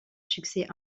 succès